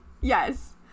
Yes